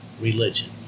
religion